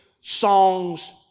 songs